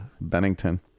Bennington